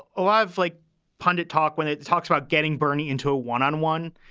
a lot of like pundit talk when it talks about getting bernie into a one on one.